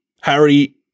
Harry